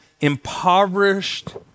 impoverished